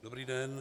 Dobrý den.